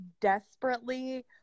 desperately